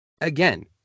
Again